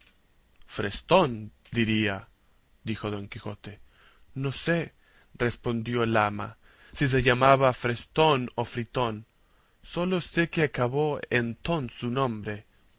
frestón diría dijo don quijote no sé respondió el ama si se llamaba frestón o fritón sólo sé que acabó en tón su nombre